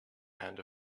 and